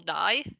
die